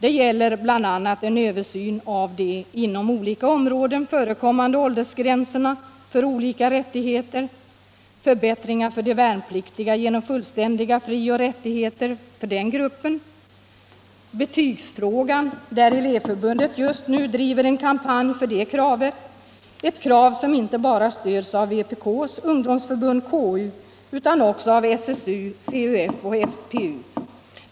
Det gäller bl.a. en översyn av de inom olika områden förekommande åldersgränserna för olika rättigheter, förbättringar för de värnpliktiga genom fullständiga frioch rättigheter för den gruppen, och betygsfrågan där clevförbundet just nu driver en kampanj för sina krav, krav som inte bara stöds av vpk:s ungdomsförbund KU utan också av SSU, CUF och FPU.